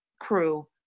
crew